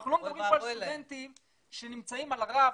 אנחנו לא מדברים פה על סטודנטים שנמצאים על רף